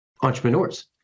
entrepreneurs